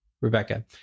Rebecca